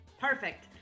Perfect